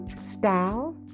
style